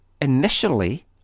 initially